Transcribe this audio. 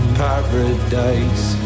paradise